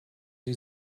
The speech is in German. sie